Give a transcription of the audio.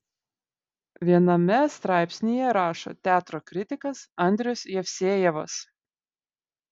viename straipsnyje rašo teatro kritikas andrius jevsejevas